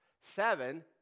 Seven